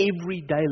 everyday